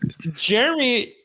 Jeremy